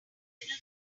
little